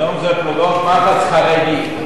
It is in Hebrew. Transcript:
היום זה פלוגות מחץ חרדי.